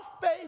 faith